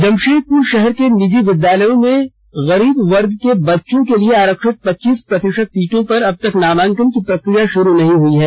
जमशेदपुर शहर के निजी विद्यालयों में गरीब वर्ग के बच्चों के लिए आरक्षित पच्चीस प्रतिशत सीटों पर अब तक नामांकन की प्रक्रिया शुरू नहीं हुई है